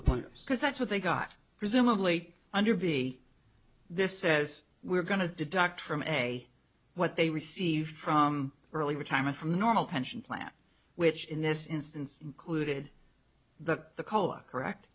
because that's what they got presumably under b this says we're going to deduct from a what they received from early retirement from the normal pension plan which in this instance clue did that the color correct